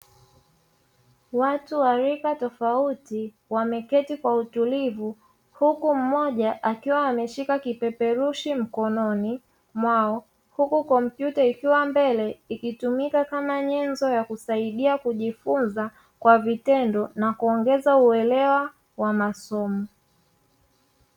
Watu wa rika tofauti, wameketi kwa utulivu. Huku mmoja akiwa ameshika kipeperushi mkononi mwao. Huku kompyuta ikiwa mbele, ikitumika kama nyenzo ya kusaidia kujifunza kwa vitendo na kuongeza uelewa wa masomo.